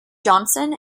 johnson